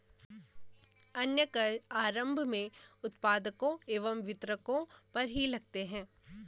अन्य कर आरम्भ में उत्पादकों एवं वितरकों पर ही लगते हैं